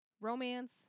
romance